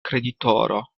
kreditoro